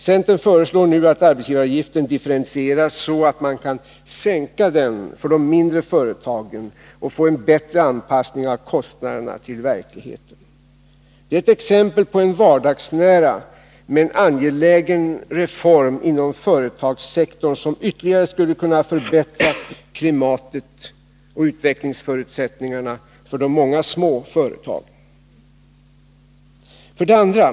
Centern föreslår nu att arbetsgivaravgiften differentieras så, att man kan sänka den för de mindre företagen och få en bättre anpassning av kostnaderna till verkligheten. Det är ett exempel på en vardagsnära men angelägen reform inom företagssektorn som ytterligare skulle kunna förbättra klimatet och utvecklingsförutsättningarna för de många små företagen. 2.